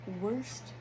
Worst